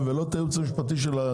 אם אני מייבא טלוויזיה,